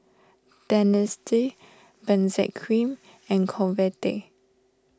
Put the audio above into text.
Dentiste Benzac Cream and Convatec